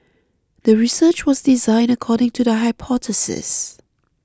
the research was designed according to the hypothesis